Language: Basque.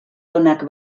onak